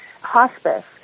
hospice